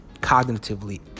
cognitively